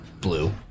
blue